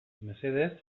mesedez